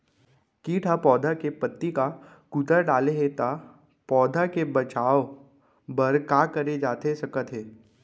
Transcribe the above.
किट ह पौधा के पत्ती का कुतर डाले हे ता पौधा के बचाओ बर का करे जाथे सकत हे?